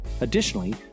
Additionally